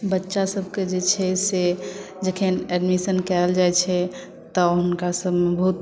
बच्चा सब कऽ जे छै से जखन एडमिशन कयल जायत छै तऽ हुनका सबमे बहुत